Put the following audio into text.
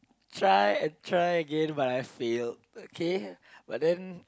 try and try again but I failed okay but then